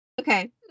Okay